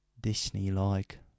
Disney-like